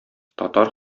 татар